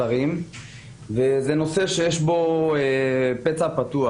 זה נושא שיש בו פצע פתוח.